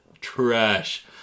trash